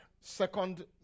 Second